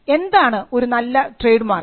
എന്താണ് ഒരു നല്ല ട്രേഡ് മാർക്ക്